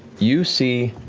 you see